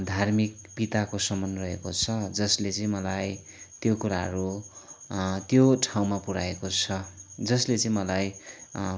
धार्मिक पिताको समान रहेको छ जसले चाहिँ मलाई त्यो कुराहरू त्यो ठाउँमा पुऱ्याएको छ जसले चाहिँ मलाई